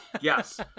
yes